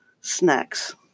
snacks